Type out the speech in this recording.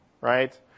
Right